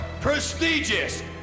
prestigious